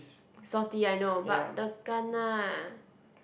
salty I know but the kana